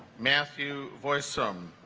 matthew voice some